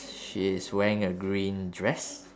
she's wearing a green dress